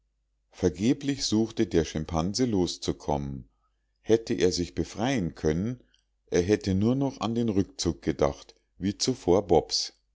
vergeblich suchte der schimpanse loszukommen hätte er sich befreien können er hätte nur noch an den rückzug gedacht wie zuvor bobs